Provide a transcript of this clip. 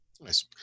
Nice